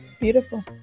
Beautiful